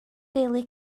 deulu